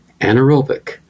anaerobic